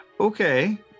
Okay